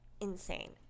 insane